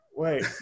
wait